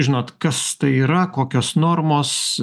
žinot kas tai yra kokios normos